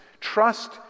Trust